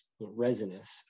resinous